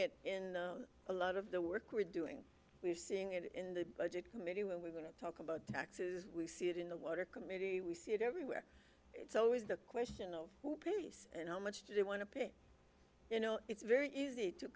it in a lot of the work we're doing we're seeing it in the budget maybe when we're going to talk about taxes we see it in the water committee we see it everywhere it's always the question of who pays and how much they want to pay you know it's very easy to